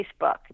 Facebook